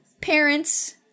parents